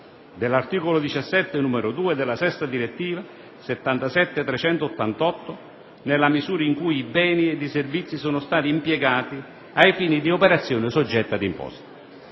dell'articolo 17, comma 2, della Sesta Direttiva 77/388, nella misura in cui i beni ed i servizi siano stati impiegati ai fini di operazioni soggette ad imposta.